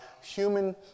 human